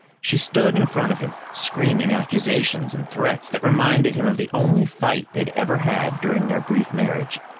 she stood in front of him, screaming accusations and threats that reminded him of the only fight they'd ever had during their brief marriage.